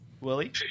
Willie